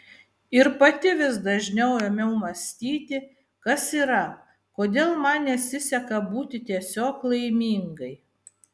ir pati vis dažniau ėmiau mąstyti kas yra kodėl man nesiseka būti tiesiog laimingai